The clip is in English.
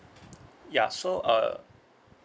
ya so uh